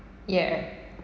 yeah